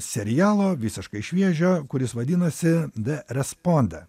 serialo visiškai šviežio kuris vadinasi dė respondė